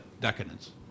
decadence